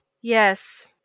Yes